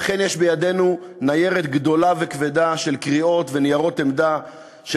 ואכן יש בידינו ניירת גדולה וכבדה של קריאות וניירות עמדה של